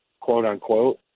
quote-unquote